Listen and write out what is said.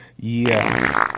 Yes